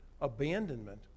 abandonment